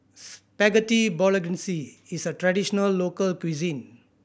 Spaghetti Bolognese is a traditional local cuisine